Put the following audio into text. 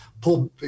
pull